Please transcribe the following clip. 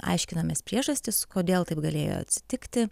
aiškinamės priežastis kodėl taip galėjo atsitikti